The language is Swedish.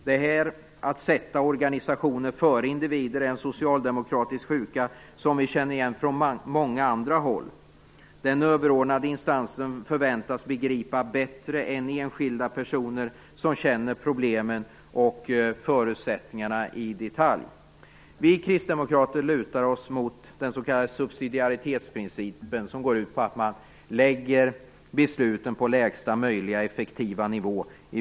Att på detta sätt sätta organisationer före individer är en socialdemokratisk sjuka som vi känner igen från många andra håll. Den överordnade instansen förväntas begripa bättre än enskilda personer, som känner problemen och förutsättningarna i detalj. Vi kristdemokrater lutar oss mot den s.k. subsidiaritetsprincipen, som går ut på att man lägger besluten på i vid mening lägsta möjliga effektiva nivå.